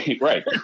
right